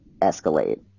escalate